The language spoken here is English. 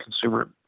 consumer